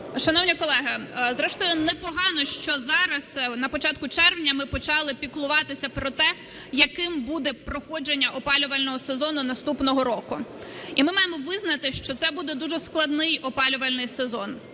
Шановні колеги, зрештою непогано, що зараз, на початку червня, ми почали піклуватися про те, яким буде проходження опалювального сезону наступного року. І ми маємо визнати, що це буде дуже складний опалювальний сезон.